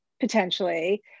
potentially